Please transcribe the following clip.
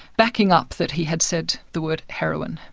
backing up that he had said the word heroin.